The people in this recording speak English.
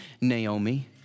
Naomi